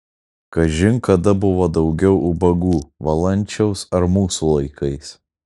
kažin kada buvo daugiau ubagų valančiaus ar mūsų laikais